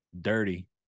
dirty